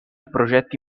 progetti